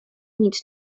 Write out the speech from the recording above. nic